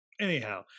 anyhow